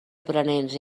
aprenents